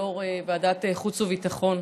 יו"ר ועדת החוץ והביטחון,